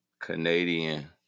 canadian